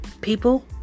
People